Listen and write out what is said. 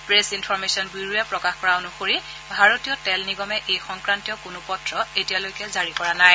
press information ব্যৰোৱে প্ৰকাশ কৰা অনুসৰি ভাৰতীয় তেল নিগমে এই সংক্ৰান্তীয় কোনো পত্ৰ এতিয়ালৈকে জাৰি কৰা নাই